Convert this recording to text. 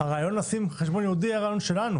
הרעיון לשים חשבון ייעודי היה רעיון שלנו